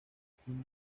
sin